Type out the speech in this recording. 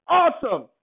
awesome